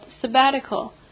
sabbatical